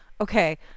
okay